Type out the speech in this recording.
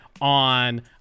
on